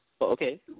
Okay